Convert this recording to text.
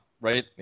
right